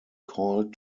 called